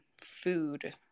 food